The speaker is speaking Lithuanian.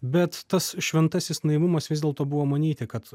bet tas šventasis naivumas vis dėlto buvo manyti kad